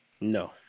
No